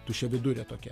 tuščiavidurė tokia